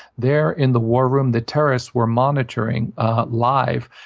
there, in the war room, the terrorists were monitoring live.